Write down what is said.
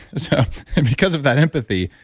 so and because of that empathy,